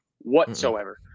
whatsoever